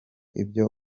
ibyo